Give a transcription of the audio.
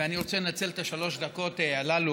ואני רוצה לנצל את שלוש הדקות הללו.